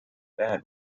bed